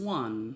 one